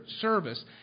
Service